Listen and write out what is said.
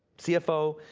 cfo,